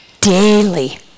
Daily